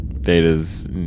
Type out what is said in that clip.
Data's